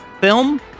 film